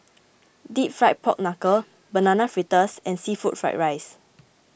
Deep Fried Pork Knuckle Banana Fritters and Seafood Fried Rice